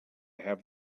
have